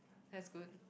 that's good